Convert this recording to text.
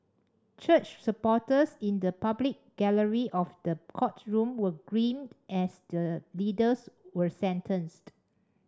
church supporters in the public gallery of the courtroom were grim as the leaders were sentenced